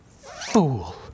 fool